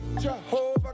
Jehovah